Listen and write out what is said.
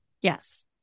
Yes